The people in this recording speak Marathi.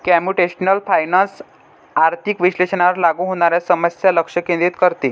कम्प्युटेशनल फायनान्स आर्थिक विश्लेषणावर लागू होणाऱ्या समस्यांवर लक्ष केंद्रित करते